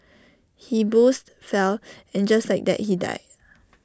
he boozed fell and just like that he died